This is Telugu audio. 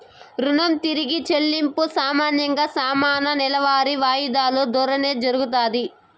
రుణం తిరిగి చెల్లింపు సామాన్యంగా సమాన నెలవారీ వాయిదాలు దోరానే జరగతాది